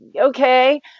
okay